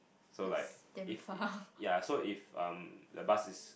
so like if ee ya so if um the bus is